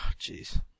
jeez